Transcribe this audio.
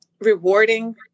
rewarding